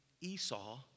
Esau